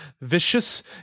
vicious